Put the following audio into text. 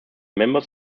members